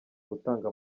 gutanga